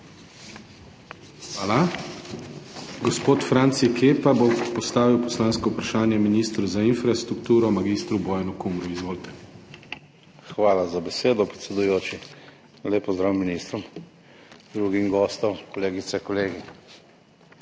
Hvala. Gospod Franci Kepa bo postavil poslansko vprašanje ministru za infrastrukturo mag. Bojanu Kumru. Izvolite. **FRANCI KEPA (PS SDS):** Hvala za besedo, predsedujoči. Lep pozdrav ministrom, drugim gostom! Kolegice, kolegi!